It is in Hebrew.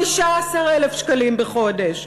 15,000 שקלים בחודש,